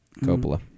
Coppola